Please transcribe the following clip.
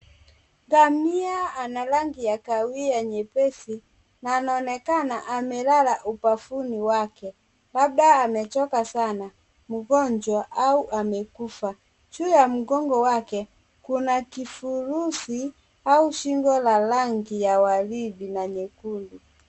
Ngamia ana rangi ya kahawia nyepesi na anaonekana amelala ubavuni wake. Labda amechoka sana, mgonjwa, au amekufa. Juu ya mgongo wake, kuna kifurushi au shingo la langi ya waridi na nyekundu.